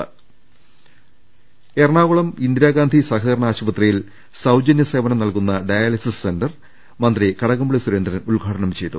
ൃ എറണാകുളം ഇന്ദിരാഗാന്ധി സഹകരണ ആശുപത്രിയിൽ സൌജന്യ സേവനം നൽകുന്ന ഡയാലിസിസ് സെന്റർ മന്ത്രി കടകം പള്ളി സുരേന്ദ്രൻ ഉദ്ഘാടനം ചെയ്തു